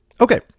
Okay